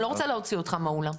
אני לא רוצה להוציא אותך מהאולם.